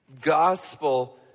gospel